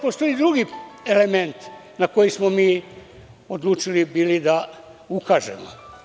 Postoji drugi element na koji smo bili odlučili da ukažemo.